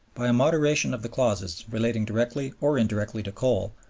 by a moderation of the clauses relating directly or indirectly to coal,